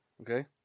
Okay